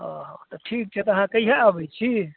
हँ तऽ ठीक छै तऽ अहाँ कहिया अबय छी